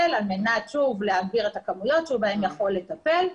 על מנת להעביר את הכמויות בהן הוא יכול לטפל.